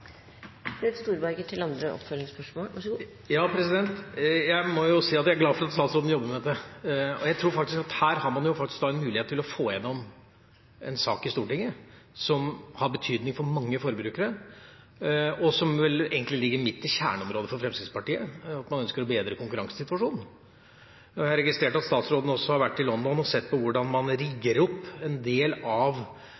at jeg er glad for at statsråden jobber med dette. Her har man jo faktisk en mulighet til å få igjennom en sak i Stortinget som har betydning for mange forbrukere – og som vel egentlig ligger midt i kjerneområdet for Fremskrittspartiet, ved at man ønsker å bedre konkurransesituasjonen. Jeg har registrert at statsråden også har vært i London og sett på hvordan man rigger opp en del av